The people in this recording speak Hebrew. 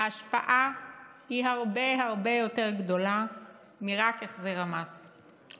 ההשפעה היא הרבה הרבה יותר גדולה מהחזר המס בלבד.